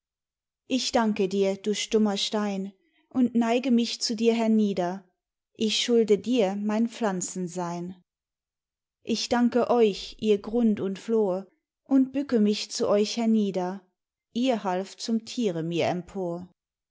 ich danke dir du stummer stein und neige mich zu dir hernieder ich schulde dir mein pflanzensein ich danke euch ihr grund und flor und bücke mich zu euch hernieder ihr halft zum tiere mir empor